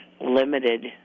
limited